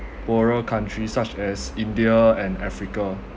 poorer countries such as india and africa